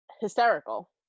hysterical